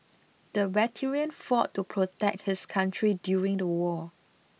the veteran fought to protect his country during the war